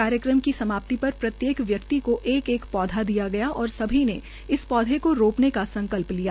कार्यक्रम की समाप्ति पर प्रत्येक व्यक्ति को एक एक पौधा दियागया और सभी ने इस पौधे को रोपने का संकल्प लिया